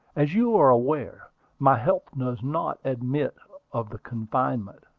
as you are aware my health does not admit of the confinement,